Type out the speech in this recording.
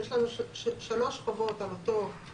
יש לנו שלוש קומות על אותו מעסיק,